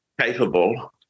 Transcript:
capable